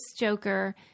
joker